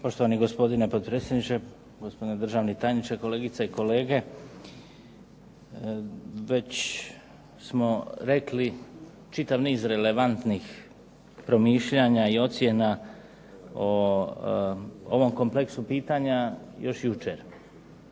Poštovani gospodine potpredsjedniče, gospodine državni tajniče, kolegice i kolege. Već smo rekli čitav niz relevantnih promišljanja i ocjena o ovom kompleksu pitanja još jučer